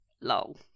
lol